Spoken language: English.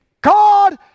God